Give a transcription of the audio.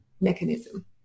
mechanism